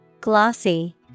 Glossy